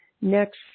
Next